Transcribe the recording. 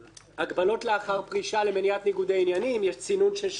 הגבלות אחר פרישה למניעת ניגודי עניינים יש צינון של שנה,